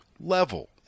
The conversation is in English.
level